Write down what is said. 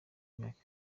imyaka